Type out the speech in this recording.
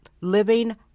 living